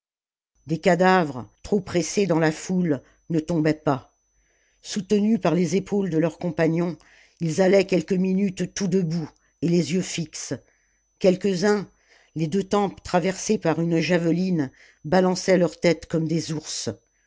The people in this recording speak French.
des cadavres trop pressés dans la foule ne tombaient pas soutenus par les épaules de leurs compagnons ils allaient quelques minutes tout debout et les yeux fixes quelques-uns les deux tempes traversées par une javeline balançaient leur tête comme des ours